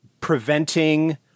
preventing